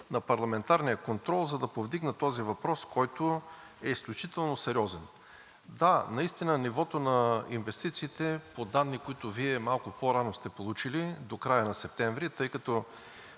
на парламентарния контрол, за да повдигна този въпрос, който е изключително сериозен. Да, наистина нивото на инвестициите по данни, които Вие малко по-рано сте получили, до края на септември, тъй като